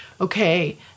Okay